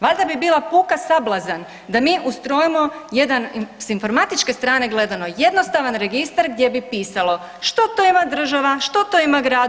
Valjda bi bila puka sablazan da mi ustrojimo jedan sa informatičke strane gledano jednostavan registar gdje bi pisalo što to ima država, što to ima grad.